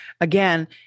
again